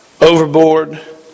overboard